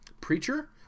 preacher